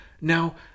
Now